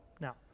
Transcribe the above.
now